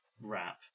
wrap